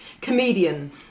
comedian